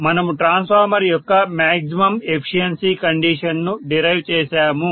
మనము ట్రాన్స్ఫార్మర్ యొక్క maximum efficiency condition ను డిరైవ్ చేశాము